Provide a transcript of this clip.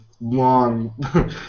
long